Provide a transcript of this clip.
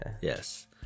Yes